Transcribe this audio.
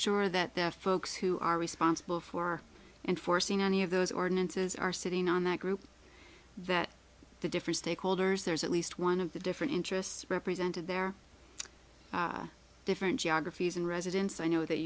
sure that the folks who are responsible for enforcing any of those ordinances are sitting on that group that the different stakeholders there's at least one of the different interests represented there different geographies and residents i know that